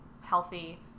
healthy